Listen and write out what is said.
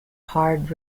hard